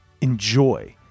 enjoy